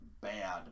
bad